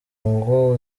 ngo